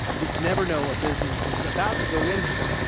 you'd never know a business is about to go in here.